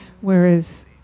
whereas